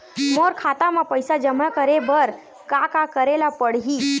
मोर खाता म पईसा जमा करे बर का का करे ल पड़हि?